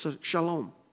shalom